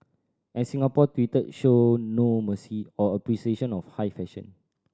and Singapore Twitter showed no mercy or appreciation of high fashion